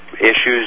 issues